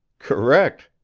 correct,